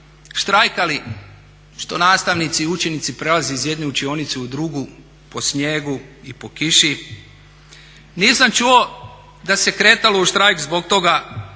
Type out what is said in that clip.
štrajkali što nastavnici i učenici prelaze iz jedne učionice u drugu po snijegu i po kiši. Nisam čuo da se kretalo u štrajk zbog toga